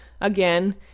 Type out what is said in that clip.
again